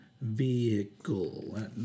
vehicle